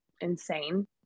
insane